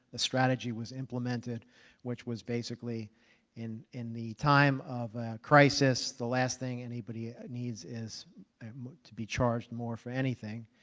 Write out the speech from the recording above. the strategy was implemented which was basically in in the time of crisis, the last thing anybody needs is to be charged more for anything.